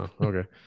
okay